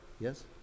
Yes